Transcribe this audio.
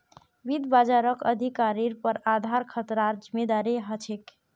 वित्त बाजारक अधिकारिर पर आधार खतरार जिम्मादारी ह छेक